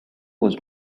was